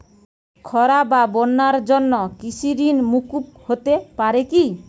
খরা বা বন্যার জন্য কৃষিঋণ মূকুপ হতে পারে কি?